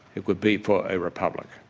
it would be for a republic.